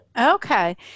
Okay